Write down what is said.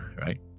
right